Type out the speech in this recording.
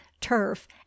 turf